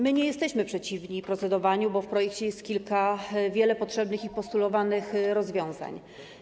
My nie jesteśmy przeciwni procedowaniu, bo w projekcie jest kilka z wielu potrzebnych i postulowanych rozwiązań.